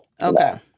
Okay